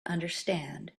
understand